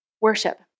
worship